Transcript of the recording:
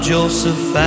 Joseph